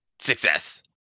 Success